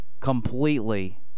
completely